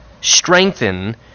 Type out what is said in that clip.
strengthen